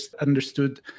understood